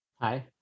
Hi